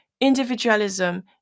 individualism